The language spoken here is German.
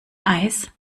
eis